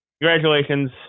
congratulations